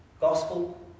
gospel